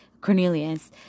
Cornelius